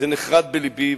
זה נחרת בלבי.